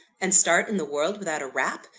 and start in the world without a rap?